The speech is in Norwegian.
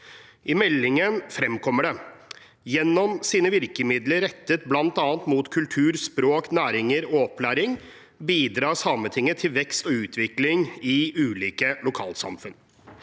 I meldingen fremkommer følgende: «Gjennom sine virkemidler rettet blant annet mot kultur, språk, næringer og opplæring, bidrar Sametinget til vekst og utvikling i ulike lokalsamfunn.»